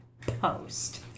post